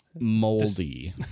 Moldy